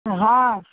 हँ